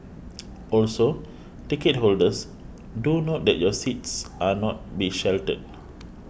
also ticket holders do note that your seats are not be sheltered